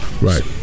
Right